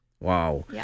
Wow